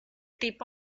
tipo